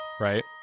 right